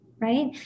right